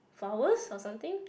flowers or something